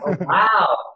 wow